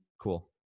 cool